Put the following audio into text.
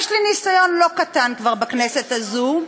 יש לי ניסיון לא קטן כבר בכנסת הזו,